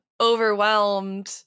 overwhelmed